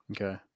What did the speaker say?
Okay